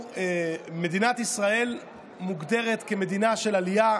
מדינת ישראל מוגדרת כמדינה של עלייה,